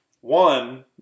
One